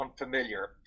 unfamiliar